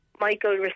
Michael